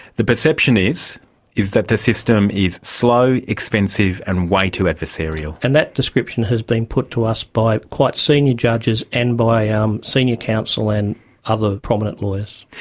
the perception is is that the system is slow, expensive, and way too adversarial. and that description has been put to us by quite senior judges and by ah um senior counsel and other prominent lawyers.